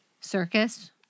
circus